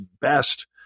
best